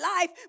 life